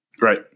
Right